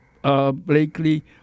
Blakely